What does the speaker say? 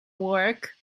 work